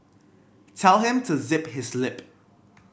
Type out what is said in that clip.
tell him to zip his lip